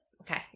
Okay